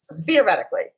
theoretically